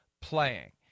playing